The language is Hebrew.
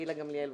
גילה גמליאל,